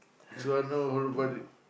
so I know everybody